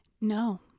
No